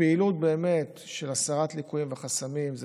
הפעילות של הסרת ליקויים וחסמים היא